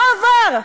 לא עבר.